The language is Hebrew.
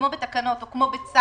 כמו בתקנות או כמו בצו,